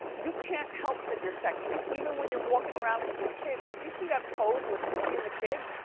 you can't help that you're sexy, even when you're walkin' around with your kids. did you see that pose with she and the kids?